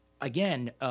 again